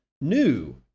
new